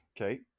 okay